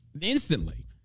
instantly